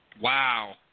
Wow